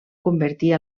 convertir